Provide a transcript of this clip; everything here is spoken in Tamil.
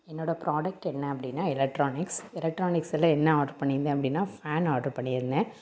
என்னோட ப்ராடக்ட் என்ன அப்படினா எலெக்ட்ரானிக்ஸ் எலெக்ட்ரானிக்ஸில் என்ன ஆர்ட்ரு பண்ணிருந்தேன் அப்படினா ஃபேன் ஆர்ட்ரு பண்ணிருந்தேன்